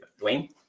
Dwayne